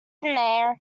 there